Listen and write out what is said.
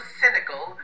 cynical